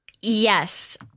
Yes